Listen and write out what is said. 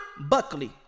Buckley